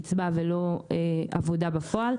קיצבה ולא עבודה בפועל.